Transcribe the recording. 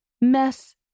mess